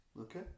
Okay